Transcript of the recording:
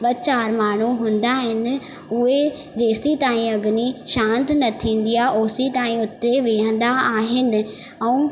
ॿ चारि माण्हू हूंदा आहिनि उहे जंहिंसीं ताईं अग्नी शांति न थींदी आहे ओसीं ताईं उते विहंदा आहिनि ऐं